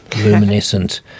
luminescent